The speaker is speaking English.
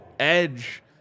edge